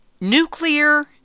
nuclear